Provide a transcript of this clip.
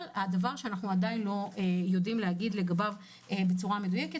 אבל הדבר שאנחנו עדיין לא יודעים להגיד לגביו בצורה מדויקת